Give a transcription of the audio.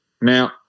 Now